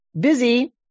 busy